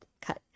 cut